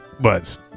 Buzz